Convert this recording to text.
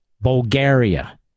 Bulgaria